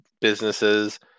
businesses